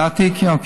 לדעתי כן.